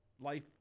life